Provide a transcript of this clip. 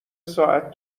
ساعت